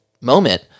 moment